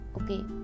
okay